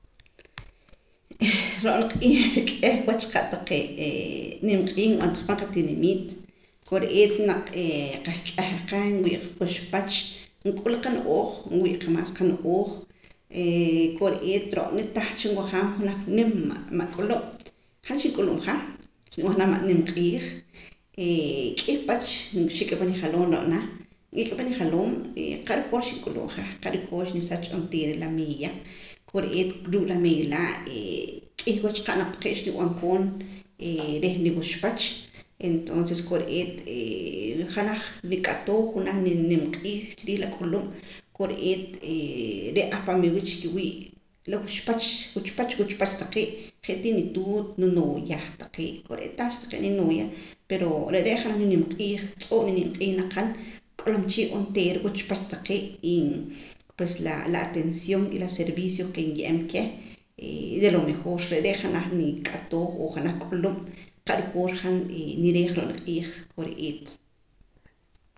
ro'na q'iij k'ieh wach qa' taqee' nimq'iij kib'antaja pan qatinimiit kore'eet naq qahk'eja qa nwii' qa quxpach nk'ula qano'ooj nwii' qa maas qano'ooj kore'eet ro'na tah cha nwajaam junaj nim ma' k'ulub' han xink'ulub'ja xnib'an janaj ma' nim q'iij k'ih pach xik'a pan nijaloom ro'na n'ik'a pan nijaloom qa' rukoor xink'ulub'ja qa' rukoor xnisach onteera la meeya kore'eet ruu' la meeya laa' k'ih wach qa' naq ttaqee' xnub'an koon reh niwuxpach entonces kore'eet janaj nik'atooj junaj nimq'iij chi riij la k'ulub' kore'eet re' ahpa' meer wii' chi kiwii' la wuxpach wuxpach wuxpach taqee' je' tii nituut nunooya taqee' kore'eet tah cha taqee' ninooya pero re're' janaj ninimq'iij tz'oo' ninimq'iij naq han nk'olom chii onteera wuchpach taqee' y pues la atención y la servicio ke nye'em keh de lo mejor re' re' janaj nik'atooj o janaj k'ulub' qa' rukoor han nireej ro'na q'iij kore'eet